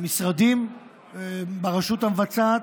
המשרדים ברשות המבצעת,